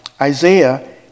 Isaiah